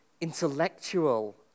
intellectual